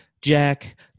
Jack